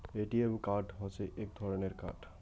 ATM card হসে এক ধরণের কার্ড